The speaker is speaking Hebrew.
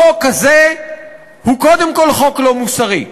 החוק הזה הוא קודם כול חוק לא מוסרי,